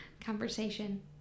conversation